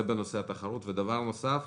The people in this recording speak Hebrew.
דבר נוסף,